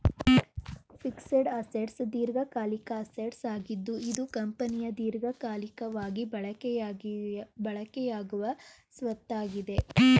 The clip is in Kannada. ಫಿಕ್ಸೆಡ್ ಅಸೆಟ್ಸ್ ದೀರ್ಘಕಾಲಿಕ ಅಸೆಟ್ಸ್ ಆಗಿದ್ದು ಇದು ಕಂಪನಿಯ ದೀರ್ಘಕಾಲಿಕವಾಗಿ ಬಳಕೆಯಾಗುವ ಸ್ವತ್ತಾಗಿದೆ